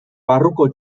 barruko